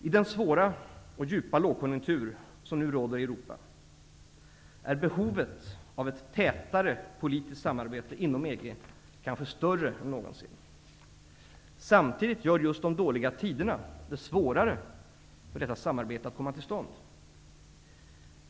I den svåra och djupa lågkonjunktur som nu råder i Europa är behovet av ett tätare politiskt samarbete inom EG kanske större än någonsin. Samtidigt gör just de dåliga tiderna det svårare för detta samarbete att komma till stånd.